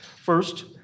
First